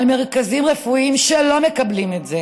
שיש מרכזים רפואיים שלא מקבלים את זה